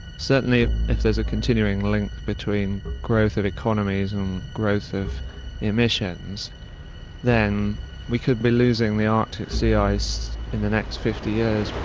certainly if there is a continuing link between growth of economies and growth of emissions then we could be losing the artic sea ice in the next fifty years.